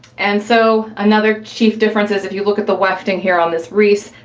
and so, another chief difference is if you look at the weft in here on this reese,